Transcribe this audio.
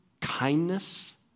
kindness